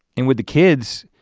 and with the kids,